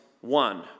one